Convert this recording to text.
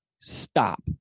stop